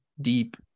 deep